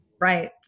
Right